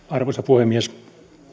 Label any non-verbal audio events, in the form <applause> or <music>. <unintelligible> arvoisa puhemies